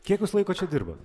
kiek jūs laiko čia dirbot